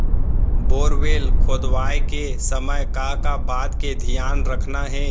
Borewell खोदवाए के समय का का बात के धियान रखना हे?